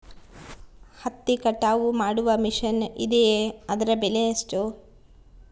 ಹತ್ತಿ ಕಟಾವು ಮಾಡುವ ಮಿಷನ್ ಇದೆಯೇ ಅದರ ಬೆಲೆ ಎಷ್ಟು?